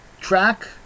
track